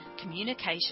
communication